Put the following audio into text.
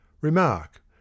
Remark